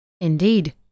Indeed